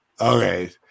Okay